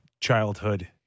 childhood